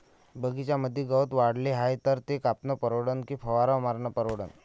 बगीच्यामंदी गवत वाढले हाये तर ते कापनं परवडन की फवारा मारनं परवडन?